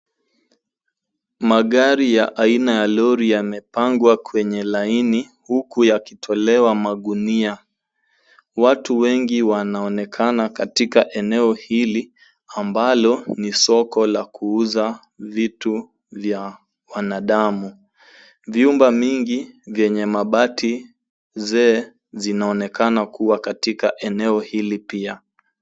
Magari ya aina ya lori yamepangwa kwenye laini, huku yakitolewa magunia. Watu wengi wanaonekana katika eneo hili, ambalo ni soko la kuuza vitu vya wanadamu. Vyumba vingi vyenye mabati zee vinaonekana kuwa katika eneo hili pia.